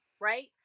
right